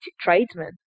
tradesmen